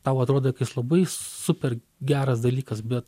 tau atrodo labai super geras dalykas bet